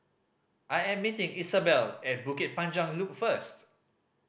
I am meeting Isobel at Bukit Panjang Loop first